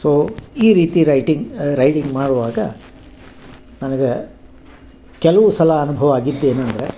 so ಈ ರೀತಿ writing riding ಮಾಡುವಾಗ ನನಗೆ ಕೆಲವು ಸಲ ಅನುಭವ ಆಗಿದ್ದೇನಂದರೆ